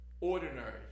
ordinary